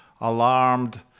alarmed